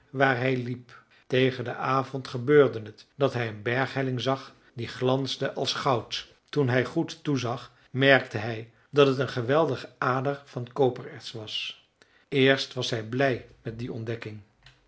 waar hij liep tegen den avond gebeurde het dat hij een berghelling zag die glansde als goud toen hij goed toezag merkte hij dat het een geweldige ader van kopererts was eerst was hij blij met die ontdekking